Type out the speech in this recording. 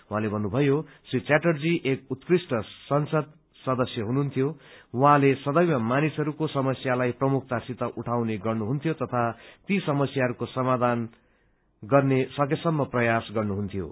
उहाँले भन्नुभयो श्री च्याटर्जी एक उत्कृष्ट संसद सदस्य हुनुहुन्थ्यो उहाँले सदैव मानिसहरूको समस्यालाई प्रमुखतासित उठाउने गर्नुहुन्थ्यो तथा ती समस्याहरूको समाधान गर्ने सकेसम्म प्रयास गर्नुहन्थ्यो